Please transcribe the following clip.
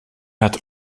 hat